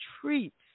treats